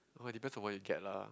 hor depends on what you get lah